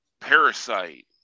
parasite